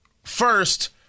First